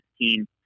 team